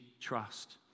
trust